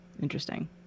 Interesting